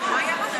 מה ירד?